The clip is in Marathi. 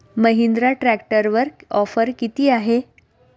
महिंद्रा ट्रॅक्टरवर ऑफर किती आहे?